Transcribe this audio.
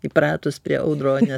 įpratus prie audronė